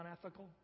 unethical